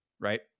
right